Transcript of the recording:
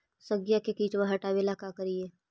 सगिया से किटवा हाटाबेला का कारिये?